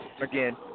again